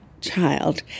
child